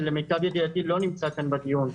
שלמיטב ידיעתי לא נמצא כאן בדיון,